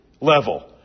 level